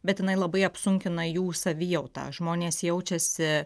bet jinai labai apsunkina jų savijautą žmonės jaučiasi